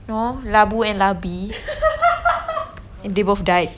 no labu and labi and they both died